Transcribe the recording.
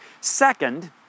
Second